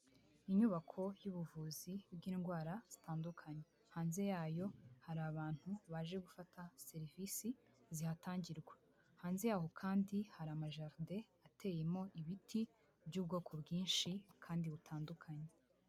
Inyubako y'ubuvuzi bw'indwara zitandukanye, hanze yayo hari abantu baje gufata serivisi zihatangirwa, hanze yaho kandi hari amajaride ateyemo ibiti by'ubwoko bwinshi kandi butandukanye.